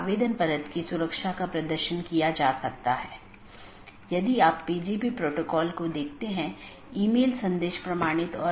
यह विज्ञापन द्वारा किया जाता है या EBGP वेपर को भेजने के लिए राउटिंग विज्ञापन बनाने में करता है